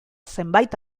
zenbait